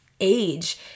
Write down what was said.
age